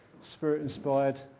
Spirit-inspired